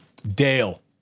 Dale